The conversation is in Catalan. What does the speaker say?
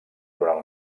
durant